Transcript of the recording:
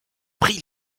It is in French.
prit